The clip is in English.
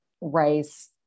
rice